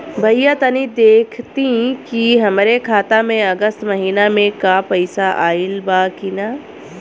भईया तनि देखती की हमरे खाता मे अगस्त महीना में क पैसा आईल बा की ना?